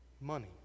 money